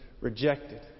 rejected